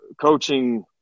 coaching